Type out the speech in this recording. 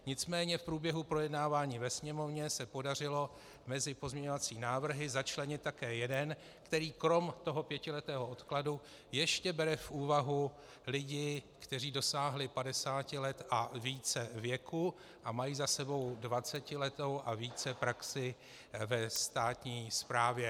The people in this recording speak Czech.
Nicméně v průběhu projednávání ve Sněmovně se podařilo mezi pozměňovací návrhy začlenit také jeden, který kromě toho pětiletého odkladu ještě bere v úvahu lidi, kteří dosáhli 50 let a více věku a mají za sebou dvacetiletou a více praxi ve státní správě.